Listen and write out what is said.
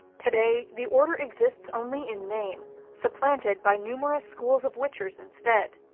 today the order exists only in name, supplanted by numerous schools of witchers instead.